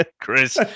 Chris